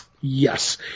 Yes